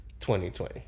2020